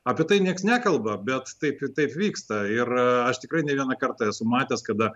apie tai nieks nekalba bet taip taip vyksta ir aš tikrai ne vieną kartą esu matęs kada